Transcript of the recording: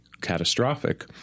catastrophic